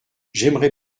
j’aimerais